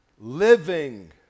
living